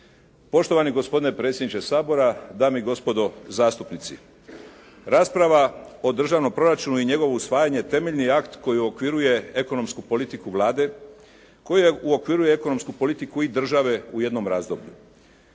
Poštovani gospodine predsjedniče Sabora, dame i gospodo zastupnici. Rasprava o državnom proračunu i njegovo usvajanje temeljni je akt koji uokviruje ekonomsku politiku Vlade, koji uokviruje i ekonomsku politiku države u jednom razdoblju.